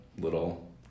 little